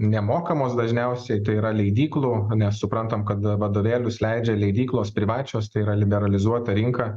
nemokamos dažniausiai tai yra leidyklų nes suprantam kad vadovėlius leidžia leidyklos privačios tai yra liberalizuota rinka